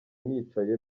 nicaye